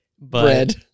bread